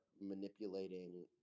manipulating